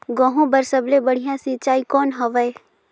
गहूं बर सबले बढ़िया सिंचाई कौन हवय?